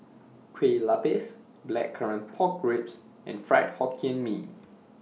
Kueh Lapis Blackcurrant Pork Ribs and Fried Hokkien Mee